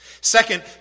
Second